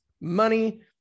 money